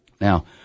now